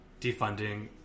defunding